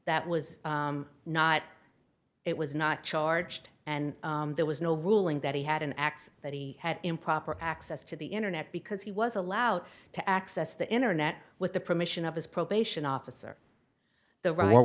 that was not it was not charged and there was no ruling that he had an x that he had improper access to the internet because he was allowed to access the internet with the permission of his probation officer the what